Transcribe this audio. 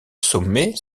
sommet